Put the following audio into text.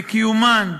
לקיומן.